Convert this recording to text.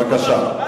בבקשה.